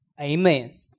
Amen